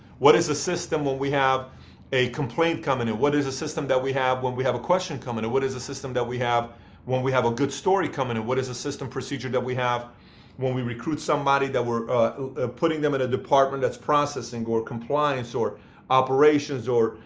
what is the system when we have a complaint come and in? what is the system that we have when we have a question come in? what is the system that we have when we have a good story come and in? what is the system and procedure that we have when we recruit somebody that we're putting them in a department that's processing or compliance or operations or.